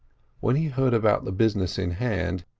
when he heard about the business in hand,